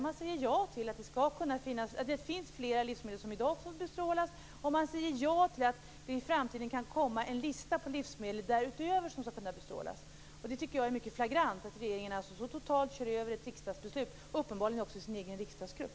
Man säger ja till att fler livsmedel får bestrålas i dag och till att det i framtiden kan komma en lista på livsmedel därutöver som får bestrålas. Det är flagrant att regeringen så totalt kör över ett riksdagsbeslut och uppenbarligen också sin egen riksdagsgrupp.